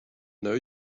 know